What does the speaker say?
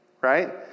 right